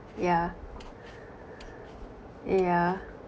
yeah yeah